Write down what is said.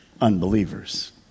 unbelievers